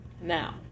Now